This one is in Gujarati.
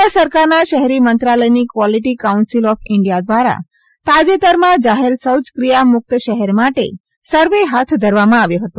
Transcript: કેન્દ્ર સરકારના શહેરી મંત્રાલયની ક્વોલીટી કાઉન્સિલ ઑફ ઇન્ડિયા દ્વારા તાજેતરમાં જાહેર શૌચક્રિયા મુક્ત શહેર માટે સર્વે હાથ ધરવામા આવ્યો હતો